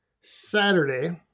saturday